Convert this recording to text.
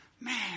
man